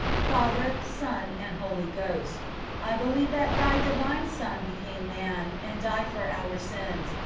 father, son, and holy ghost i believe that thy divine son became man, and died for our sins,